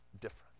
different